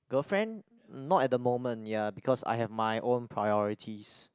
girlfriend not at the moment ya because I have my own priorities